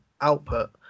output